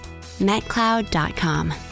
metcloud.com